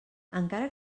encara